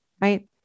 Right